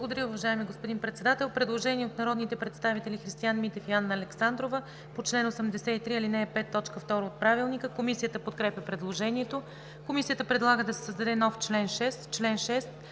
Благодаря, уважаеми господин Председател. Предложение от народните представители Христиан Митев и Анна Александрова по чл. 83, ал. 5, т. 2 от Правилника. Комисията подкрепя предложението. Комисията предлага да се създаде нов чл. 6: